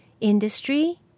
industry